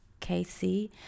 KC